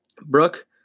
Brooke